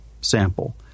sample